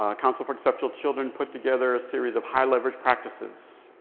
ah council for exceptional children put together a series of high-leverage practices.